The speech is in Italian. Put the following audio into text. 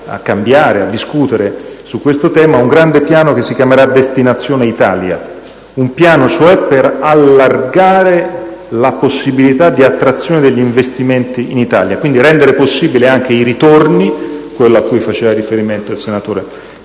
a cambiare e a discutere su questo tema) un grande piano, che si chiamerà «Destinazione Italia», per allargare la possibilità di attrazione degli investimenti in Italia, quindi rendere possibili anche i ritorni cui faceva riferimento il senatore